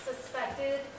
suspected